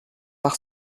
par